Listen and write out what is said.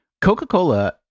Coca-Cola